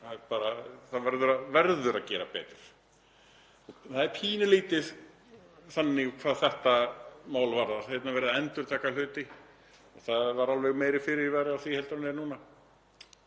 þingið. Það verður að gera betur. Það er pínulítið þannig hvað þetta mál varðar. Hérna er verið að endurtaka hluti og það var alveg meiri fyrirvari á því heldur en er núna.